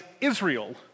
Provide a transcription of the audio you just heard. Israel